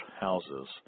houses